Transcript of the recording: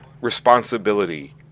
responsibility